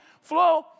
flow